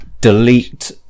Delete